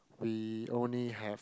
we only have